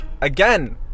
again